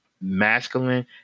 masculine